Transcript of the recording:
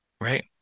Right